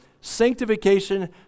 sanctification